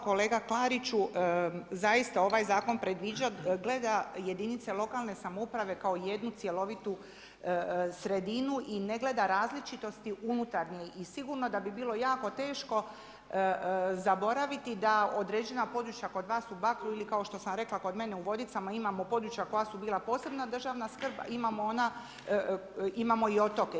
Kolega Klariću, zaista ovaj zakon predviđa, gledaj jedinice lokalne samouprave kao jedni cjelovitu sredinu i ne gleda različitosti unutarnje i sigurno da bi bilo jako teško zaboraviti da određena područja kod vas u Bakru ili kao što sam rekla kod mene u Vodicama imamo područja koja su bila posebna državna skrb, imamo i otoke.